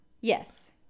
Yes